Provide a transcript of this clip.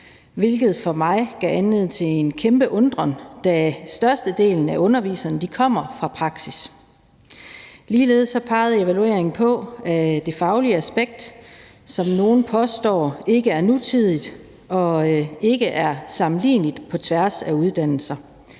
hvilket for mig gav anledning til en kæmpe undren, da størstedelen af underviserne kommer fra praksis. Ligeledes pegede evalueringen på det faglige aspekt, som nogle påstår ikke er nutidigt og ikke er sammenligneligt på tværs af uddannelser.